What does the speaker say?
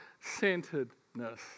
centeredness